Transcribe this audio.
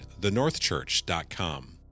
thenorthchurch.com